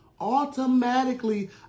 automatically